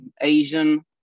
Asian